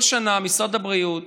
כל שנה משרד הבריאות